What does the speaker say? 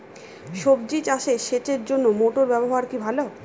সবজি চাষে সেচের জন্য মোটর ব্যবহার কি ভালো?